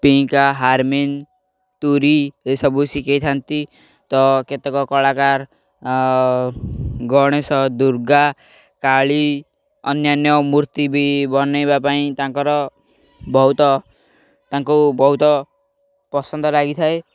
ପିଙ୍କା ହାରମିନ୍ ତୁରୀ ଏସବୁ ଶିଖେଇଥାନ୍ତି ତ କେତେକ କଳାକାର ଗଣେଶ ଦୁର୍ଗା କାଳୀ ଅନ୍ୟାନ୍ୟ ମୂର୍ତ୍ତୀ ବି ବନେଇବା ପାଇଁ ତାଙ୍କର ବହୁତ ତାଙ୍କୁ ବହୁତ ପସନ୍ଦ ଲାଗିଥାଏ